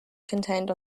contained